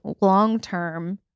long-term